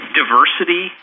diversity